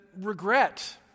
regret